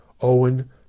Owen